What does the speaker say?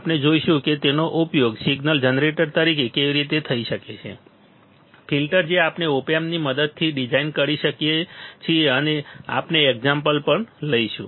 આપણે જોઈશું કે તેનો ઉપયોગ સિગ્નલ જનરેટર તરીકે કેવી રીતે થઈ શકે છે ફિલ્ટર્સ જે આપણે ઓપ એમ્પની મદદથી ડિઝાઇન કરી શકીએ છીએ અને આપણે એક્ઝામ્પલ પણ લઈશું